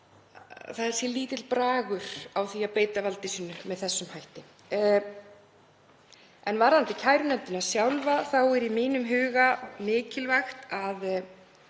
finnst lítill bragur á því að beita valdi sínu með þessum hætti. Varðandi kærunefndina sjálfa þá er í mínum huga mikilvægt að